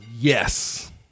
Yes